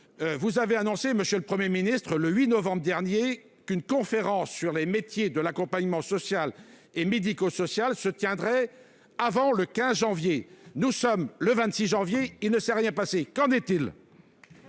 vous avez annoncé le 8 novembre dernier qu'une conférence sur les métiers de l'accompagnement social et médico-social se tiendrait avant le 15 janvier. Nous sommes le 26 janvier, et il ne s'est rien passé. Qu'en est-il ?